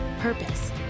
purpose